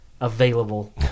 available